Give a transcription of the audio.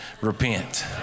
Repent